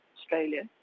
Australia